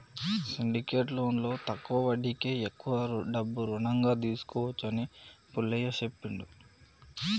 syndicate లోన్లో తక్కువ వడ్డీకే ఎక్కువ డబ్బు రుణంగా తీసుకోవచ్చు అని పుల్లయ్య చెప్పిండు